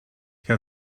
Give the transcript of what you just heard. herr